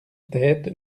tête